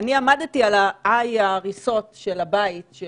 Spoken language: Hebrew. אני עמדתי על עי ההריסות של הבית של